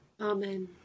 Amen